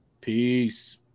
Peace